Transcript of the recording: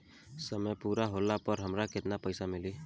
समय पूरा होला पर हमरा केतना पइसा मिली?